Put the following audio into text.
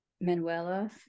Manuela